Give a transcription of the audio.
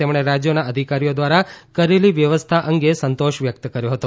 તેમણે રાજ્યોના અધિકારીઓ દ્વારા કરેલી વ્યવસ્થા અંગે સંતોષ વ્યક્ત કર્યો હતો